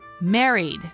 ...married